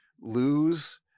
lose—